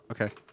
okay